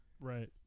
Right